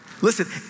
Listen